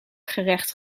gerecht